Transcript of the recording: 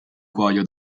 cuoio